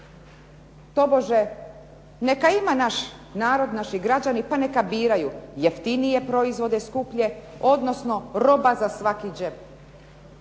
Tobože, neka ima naš narod, naši građani pa neka biraju jeftinije proizvode, skuplje, odnosno roba za svaki džep.